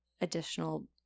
additional